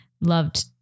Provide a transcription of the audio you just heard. loved